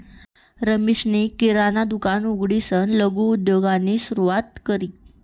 रमेशनी किराणा दुकान उघडीसन लघु उद्योगनी सुरुवात करी